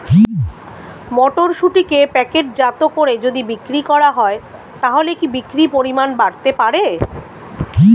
মটরশুটিকে প্যাকেটজাত করে যদি বিক্রি করা হয় তাহলে কি বিক্রি পরিমাণ বাড়তে পারে?